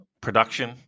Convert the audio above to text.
production